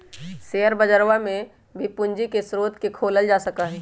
share बजरवा में भी पूंजी के स्रोत के खोजल जा सका हई